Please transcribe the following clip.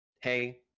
hey